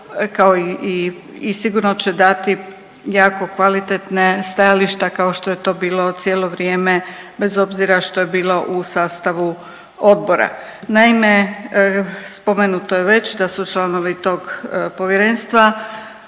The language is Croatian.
kao i sigurno će dati jako kvalitetna stajališta kao što je to bilo cijelo vrijeme bez obzira što je bilo u sastavu odbora. Naime, spomenuto je već da su članovi tog povjerenstva